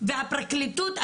והפרקליטות,